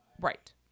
Right